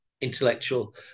intellectual